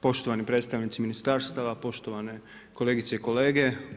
Poštovani predstavnici ministarstava, poštovane kolegice i kolege!